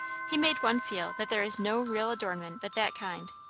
he made one feel that there is no real adornment but that kind,